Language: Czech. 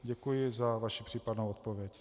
Děkuji za vaši případnou odpověď.